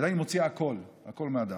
אבל עדיין היא מוציאה הכול הכול מהדם,